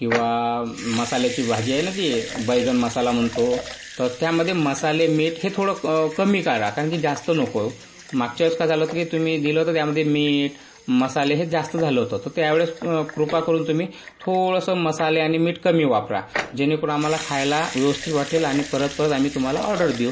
किंवा मसाल्याची भाजी आहे ना ती बैगन मसाला म्हणतो तर त्यामध्ये मसाले मीठ हे थोडं कमी करा कारण की जास्त नको मागच्या वेळेस काय झालं होतं की तुम्ही दिलं होतं त्यामध्ये मीठ मसाले हे जास्त झालं होतं तर या वेळेस कृपा करून तुम्ही थोडंसं मसाले आणि मीठ कमी वापरा जेणेकरून आम्हाला खायला व्यवस्थित वाटेल आणि परत परत आम्ही तुम्हाला ऑर्डर देऊ